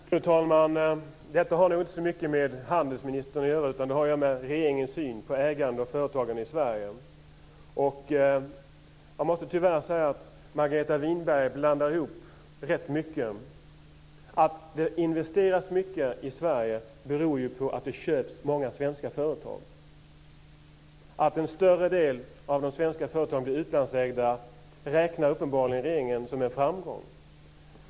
Fru talman! Detta har nog inte så mycket med handelsministern att göra. Det har att göra med regeringens syn på ägande och företagande i Sverige. Jag måste tyvärr säga att Margareta Winberg blandar ihop rätt mycket. Att det investeras mycket i Sverige beror ju på att det köps många svenska företag. Att en större del av de svenska företagen blir utlandsägda räknar regeringen uppenbarligen som en framgång.